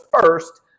first